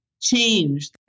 change